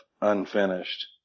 unfinished